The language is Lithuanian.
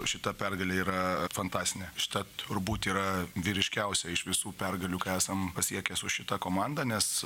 šita pergalė yra fantastinė šita turbūt yra vyriškiausia iš visų pergalių ką esam pasiekę su šita komanda nes